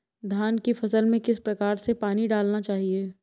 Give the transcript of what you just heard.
धान की फसल में किस प्रकार से पानी डालना चाहिए?